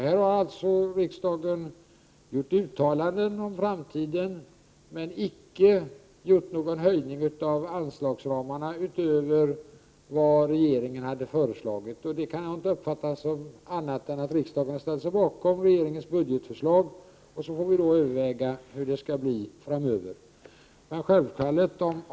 Här har alltså riksdagen gjort uttalanden om framtiden, men icke bifallit någon höjning av anslagsramarna utöver vad regeringen tidigare har föreslagit. Jag uppfattar det inte som något annat än att riksdagen ställer sig bakom regeringens budgetförslag. Vi får senare överväga hur det skall bli framöver.